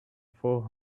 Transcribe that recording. four